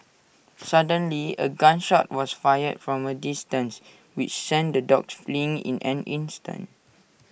suddenly A gun shot was fired from A distance which sent the dogs fleeing in an instant